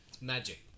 Magic